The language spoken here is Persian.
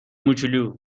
موچولو